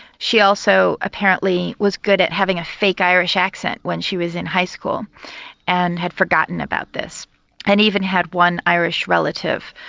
she also apparently was good at having a fake irish accent when she was in high school and had forgotten about this and even had one irish relative.